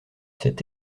c’est